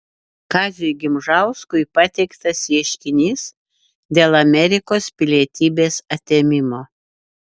kaziui gimžauskui pateiktas ieškinys dėl amerikos pilietybės atėmimo